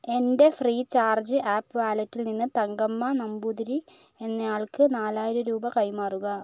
എൻ്റെ Freecharge app വാലറ്റിൽ നിന്ന് തങ്കമ്മ നമ്പൂതിരി എന്നയാൾക്ക് നാലായിരം രൂപ കൈമാറുക